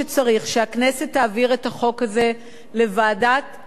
שהכנסת תעביר את החוק הזה לוועדת החינוך,